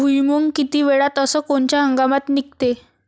भुईमुंग किती वेळात अस कोनच्या हंगामात निगते?